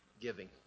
giving